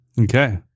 Okay